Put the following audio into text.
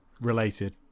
related